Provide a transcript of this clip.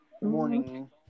morning